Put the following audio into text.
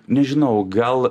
nežinau gal